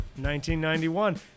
1991